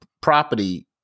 property